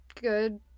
good